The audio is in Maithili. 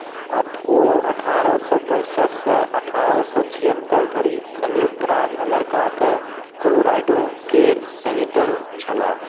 अठ् ओ अठारह सए पैंसठिसँ अठारह सए छिहत्तरि धरि संयुक्त राज्य अमेरिकाके कोलोराडोके सीनेटर छलाह